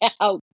out